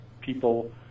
people